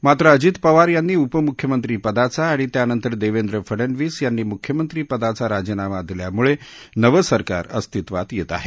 मात्र अजित पवार यांनी उपमुख्यमंत्री पदाचा आणि त्यानंतर देवेंद्र फडनवीस यांनी मुख्यमंत्री पदाचा राजीनामा दिल्यामुळे नवं सरकार अस्तिवात येत आहे